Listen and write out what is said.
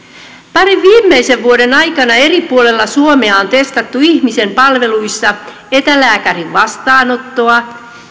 parin viimeisen vuoden aikana eri puolilla suomea on testattu ihmisen palveluissa etälääkärin vastaanottoa